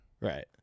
Right